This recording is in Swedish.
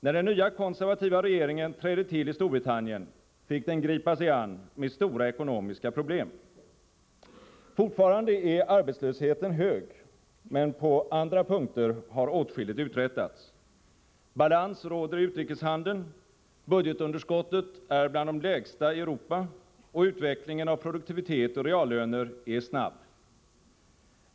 När den nya konservativa regeringen trädde till i Storbritannien fick den gripa sig an med stora ekonomiska problem. Fortfarande är arbetslösheten hög, men på andra punkter har åtskilligt uträttats. Balans råder i utrikeshandeln, budgetunderskottet är bland de lägsta i Europa, och utvecklingen av produktivitet och reallöner är snabb.